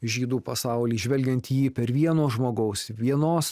žydų pasaulį žvelgiant į jį per vieno žmogaus vienos